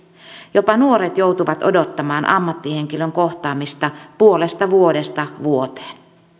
jopa nuoret joutuvat odottamaan ammattihenkilön kohtaamista puolesta vuodesta vuoteen